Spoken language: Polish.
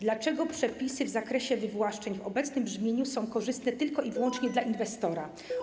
Dlaczego przepisy w zakresie wywłaszczeń w obecnym brzmieniu są korzystne tylko i wyłącznie dla inwestora?